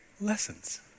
lessons